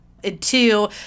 Two